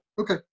Okay